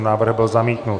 Návrh byl zamítnut.